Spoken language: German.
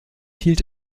hielt